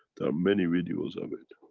there are many videos of it.